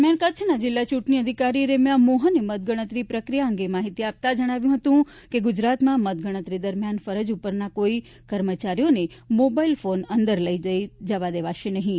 દરમિયાન કચ્છના જિલ્લા ચૂંટણી અધિકારી રેમ્યા મોહને મતગણતરીની પ્રક્રિયા અંગે માહિતી આપતાં જણાવ્યું હતું કે ગુજરાતમાં મત ગણતરી દરમિયાન ફરજ ઉપરના કોઈ કર્મચારીઓને મોબાઇલ ફોન અંદર લઈ જવા દેવાશે નહીં